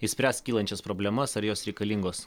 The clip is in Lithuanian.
išspręs kylančias problemas ar jos reikalingos